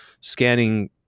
scanning